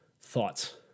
thoughts